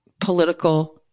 political